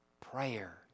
Prayer